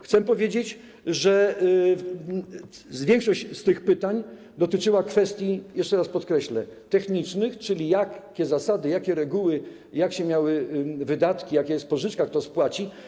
Chcę powiedzieć, że większość tych pytań dotyczyła kwestii, jeszcze raz podkreślę, technicznych, czyli tego, jakie są zasady, jakie są reguły, jak się do tego miały wydatki, jaka jest pożyczka, kto to spłaci.